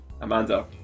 amanda